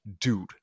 dude